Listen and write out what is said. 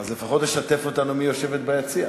אז לפחות תשתף אותנו מי יושבת ביציע.